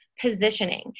positioning